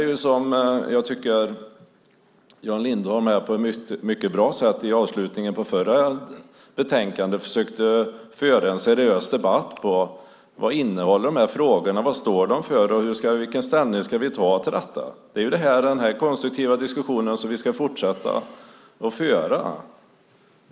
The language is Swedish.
Jag tycker att Jan Lindholm på ett mycket bra sätt när det gäller det förra betänkandet försökte föra en seriös debatt om vad de här frågorna innehåller, vad de står för och vilken ställning vi ska ta till detta. Det är den här konstruktiva diskussionen som vi ska fortsätta att föra.